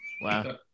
Wow